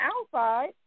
outside